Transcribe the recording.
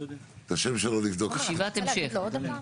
אני לא יודע איך הולך הישיבות בשופרסל,